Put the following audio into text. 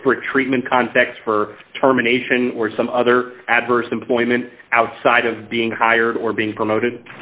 disparate treatment context for terminations or some other adverse employment outside of being hired or being promoted